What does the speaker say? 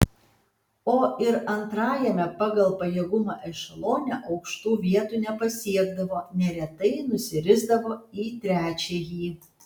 o ir antrajame pagal pajėgumą ešelone aukštų vietų nepasiekdavo neretai nusirisdavo į trečiąjį